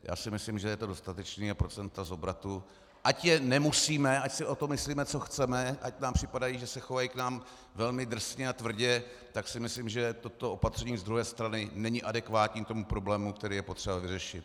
Já si prostě myslím, že je to dostatečné a procenta z obratu, ať je nemusíme, ať si o tom myslíme, co chceme, ať nám připadají, že se chovají k nám velmi drsně a tvrdě, tak si myslím, že toto opatření z druhé strany není adekvátní tomu problému, který je potřeba vyřešit.